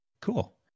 cool